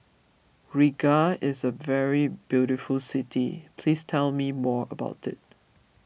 Riga is a very beautiful city please tell me more about it